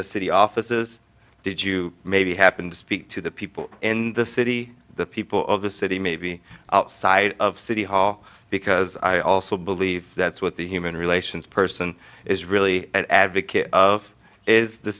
the city offices did you maybe happened speak to the people in the city the people of the city maybe side of city hall because i also believe that's what the human relations person is really an advocate of is the